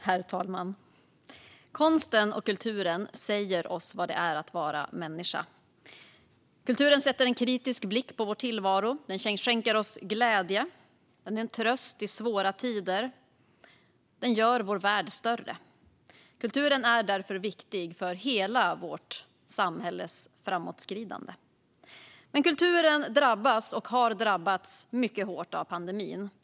Herr talman! Konsten och kulturen säger oss vad det är att vara människa. Kulturen sätter en kritisk blick på vår tillvaro. Den skänker oss glädje och är en tröst i svåra tider. Den gör vår värld större. Kulturen är därför viktig för hela vårt samhälles framåtskridande. Men kulturen drabbas och har drabbats mycket hårt av pandemin.